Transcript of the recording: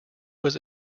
was